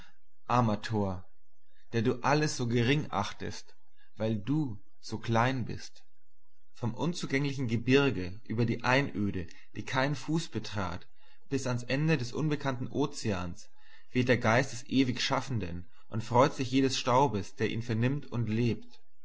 armer tor der du alles so gering achtest weil du so klein bist vom unzugänglichen gebirge über die einöde die kein fuß betrat bis ans ende des unbekannten ozeans weht der geist des ewigschaffenden und freut sich jedes staubes der ihn vernimmt und lebt